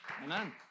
Amen